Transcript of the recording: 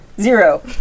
zero